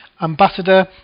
Ambassador